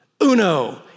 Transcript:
uno